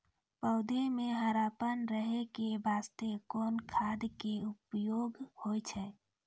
पौधा म हरापन रहै के बास्ते कोन खाद के उपयोग होय छै?